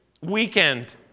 weekend